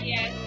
Yes